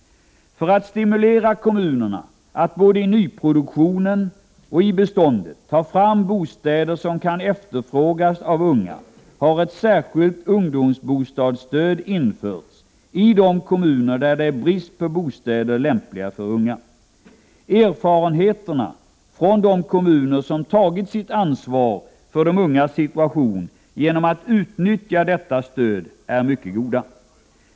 För att stimulera kommunerna att både i nyproduktionen och beståndet ta fram bostäder som kan efterfrågas av unga har ett särskilt ungdomsbostadsstöd införts i de kommuner där det är brist på bostäder lämpliga för unga. Erfarenheterna från de kommuner som tagit sitt ansvar för de ungas situation genom att utnyttja detta stöd är mycket goda.